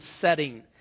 setting